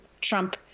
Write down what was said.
Trump